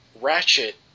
Ratchet